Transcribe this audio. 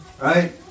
right